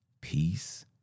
peace